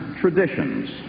traditions